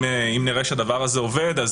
אם נראה שהדבר הזה עובד,